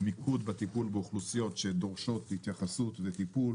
מיקוד בטיפול באוכלוסיות שדורשות התייחסות וטיפול,